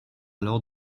alors